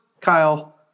Kyle